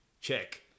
check